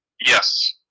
Yes